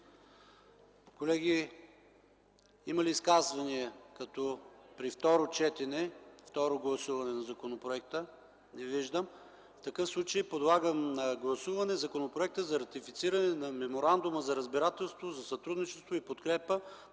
Колеги, има ли изказвания по второто гласуване на законопроекта? Не виждам. Подлагам на гласуване Законопроекта за ратифициране на Меморандума за разбирателство за сътрудничество и подкрепа